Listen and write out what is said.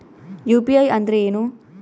UPI ಅಂದ್ರೆ ಏನು?